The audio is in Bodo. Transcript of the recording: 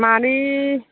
मानि